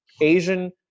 Asian